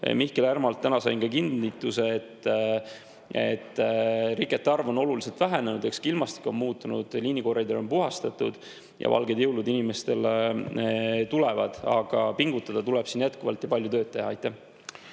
Mihkel Härmalt kinnituse, et rikete arv on oluliselt vähenenud, eks ka ilmastik on muutunud. Liinikoridore on puhastatud ja valged jõulud inimestele tulevad, aga pingutada tuleb jätkuvalt, palju tööd on teha.